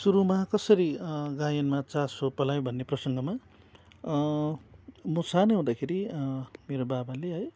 सुरुमा कसरी गायनमा चासो पलायो भन्ने प्रसङ्गमा म सानै हुँदाखेरि मेरो बाबाले है